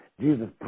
Jesus